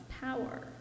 power